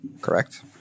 Correct